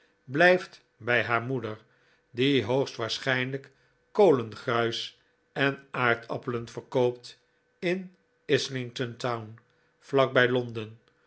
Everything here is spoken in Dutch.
blijft bij haar moeder die hoogst waarschijnlijk kolengruis en aardappelen verkoopt in islington town vlak bij londen